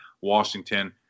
Washington